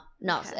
no